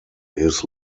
his